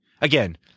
Again